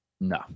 no